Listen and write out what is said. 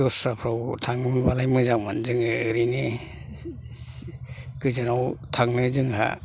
दस्राफ्राव थांनो मोनबालाय मोजांमोन जोङो ओरैनो सि गोजानआव थांनो जोंहा